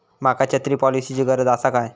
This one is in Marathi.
माका छत्री पॉलिसिची गरज आसा काय?